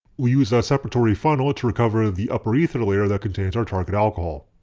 we use a separatory funnel to recover the upper ether layer that contains our target alcohol.